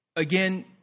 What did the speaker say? Again